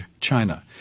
China